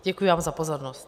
Děkuji vám za pozornost.